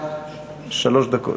שלוש דקות.